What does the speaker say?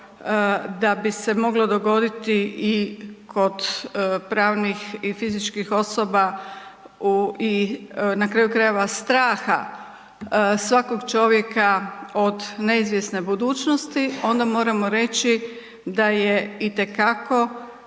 da bi se moglo dogoditi i kod pravnih i fizičkih osoba u i na kraju krajeva, straha svakog čovjeka od neizvjesne budućnosti, onda moramo reći da je itekako